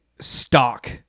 stock